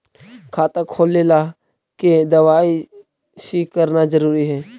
खाता खोले ला के दवाई सी करना जरूरी है?